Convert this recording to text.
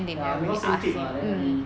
ya because same clique [what] then really